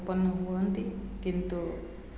ଉତ୍ପନ୍ନ କରନ୍ତି କିନ୍ତୁ